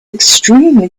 extremely